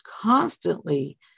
constantly